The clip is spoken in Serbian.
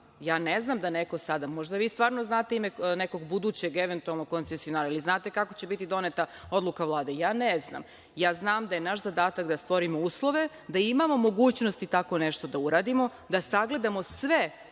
Ne znam da neko sada, možda vi stvarno znate ime nekog budućeg eventualnog koncesionara, ili znate kako će biti doneta odluka Vlade. Ja ne znam. Znam da je naš zadatak da stvorimo uslove, da imamo mogućnosti tako nešto da uradimo, da sagledamo sve